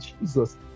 Jesus